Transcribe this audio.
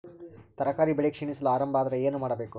ತರಕಾರಿ ಬೆಳಿ ಕ್ಷೀಣಿಸಲು ಆರಂಭ ಆದ್ರ ಏನ ಮಾಡಬೇಕು?